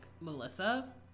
Melissa